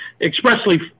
expressly